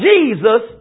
Jesus